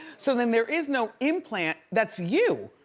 so then there is no implant, that's you,